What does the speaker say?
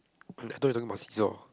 I thought you talking about seesaw